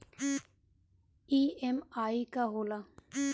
EMI का होला?